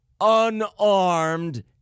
unarmed